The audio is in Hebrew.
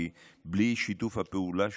כי בלי שיתוף הפעולה שלכם,